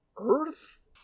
Earth